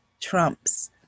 trumps